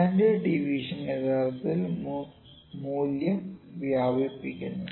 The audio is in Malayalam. സ്റ്റാൻഡേർഡ് ഡീവിയേഷൻ യഥാർത്ഥത്തിൽ മൂല്യം വ്യാപിപ്പിക്കുന്നു